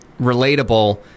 relatable